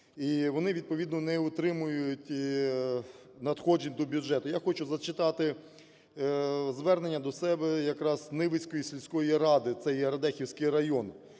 вони відповідно не отримують надходжень до бюджету. Я хочу зачитати звернення до себе якраз Невицької сільської ради, це є Радехівський район.